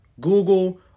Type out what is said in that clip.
Google